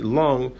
long